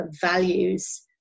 values